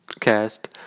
cast